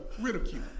ridicule